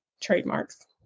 trademarks